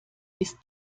ist